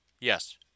yes